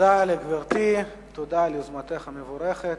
תודה לגברתי, תודה על יוזמתך המבורכת.